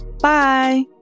Bye